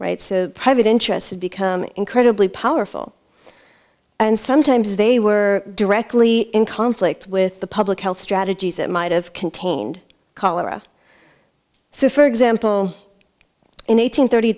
rights to private interests have become incredibly powerful and sometimes they were directly in conflict with the public health strategies that might have contained cholera so for example in eighteen thirty